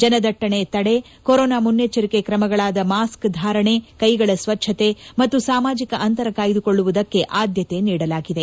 ಜನದಟ್ಷಣೆ ತಡೆ ಕೊರೊನಾ ಮುನ್ನೆಚ್ಚರಿಕೆ ಕ್ರಮಗಳಾದ ಮಾಸ್ಕ್ ಧಾರಣೆ ಕೈಗಳ ಸ್ವಚ್ಚತೆ ಮತ್ತು ಸಾಮಾಜಿಕ ಅಂತರ ಕಾಯ್ದುಕೊಳ್ಳುವುದಕ್ಕೆ ಆದ್ಯತೆ ನೀಡಲಾಗಿದೆ